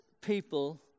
people